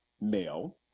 male